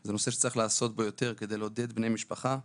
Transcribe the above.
זה נושא שצריך לעשות בו יותר כדי לעודד בני משפחה לתרום,